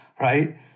right